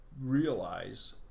realize